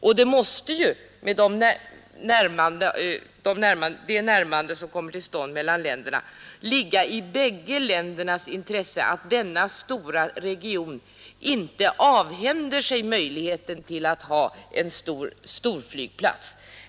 Och det måste, med det närmande som kommer till stånd mellan länderna, ligga i bägge ländernas intresse att denna stora region inte avhänder sig möjligheten att ha en storflygplats.